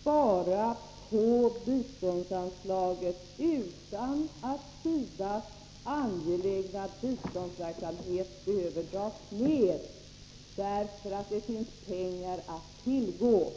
spara på biståndsanslaget utan att SIDA:s angelägna bistånd behöver dras ned — det finns pengar att tillgå.